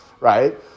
right